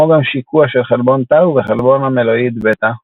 כמו גם שיקוע של חלבון טאו וחלבון עמלואיד בטא.